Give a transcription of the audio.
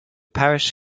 parish